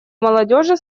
молодежи